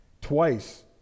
Twice